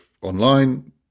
online